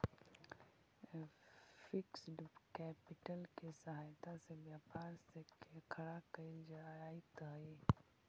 fixed capital के सहायता से व्यापार के खड़ा कईल जइत हई